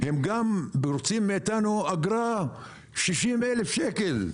הם גם רוצים מאיתנו אגרה 60,000 שקל.